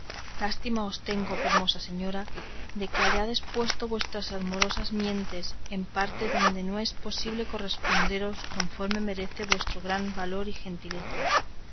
os tengo fermosa señora de que hayades puesto vuestras amorosas mientes en parte donde no es posible corresponderos conforme merece vuestro gran valor y gentileza